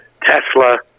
Tesla